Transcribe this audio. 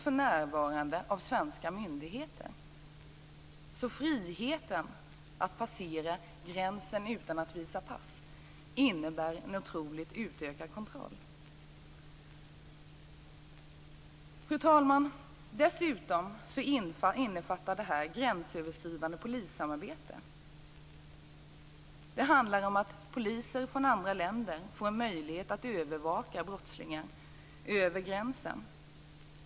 Friheten att passera gränsen utan att visa pass innebär en otroligt utökad kontroll. Fru talman! Dessutom innefattar detta gränsöverskridande polissamarbete. Det handlar om att poliser från andra länder får en möjlighet att övervaka brottslingar över gränsen.